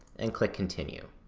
and click continue.